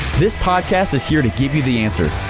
this podcast is here to give you the answer.